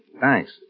Thanks